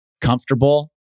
comfortable